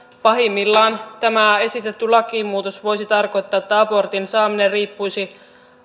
pahimmillaan tämä esitetty lakimuutos voisi tarkoittaa että abortin saaminen riippuisi